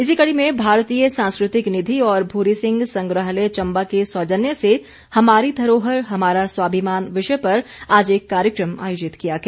इसी कड़ी में भारतीय सांस्कृतिक निधि और भूरी सिंह संग्रहालय चम्बा के सौजन्य से हमारी धरोहर हमारा स्वाभिमान विषय पर आज एक कार्यक्रम आयोजित किया गया